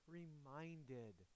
reminded